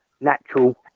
natural